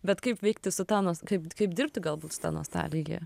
bet kaip veikti su ta nos kaip kaip dirbti galbūt su ta nostalgija